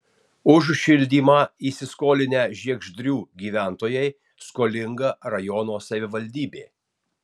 už šildymą įsiskolinę žiegždrių gyventojai skolinga rajono savivaldybė